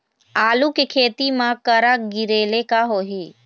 आलू के खेती म करा गिरेले का होही?